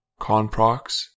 Conprox